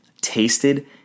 tasted